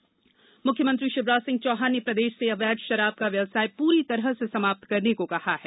अवैध शराब मुख्यमंत्री शिवराज सिंह चौहान ने प्रदेश से अवैध शराब का व्यवसाय पूरी तरह से समाप्त करने कहा है